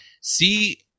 see